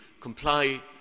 comply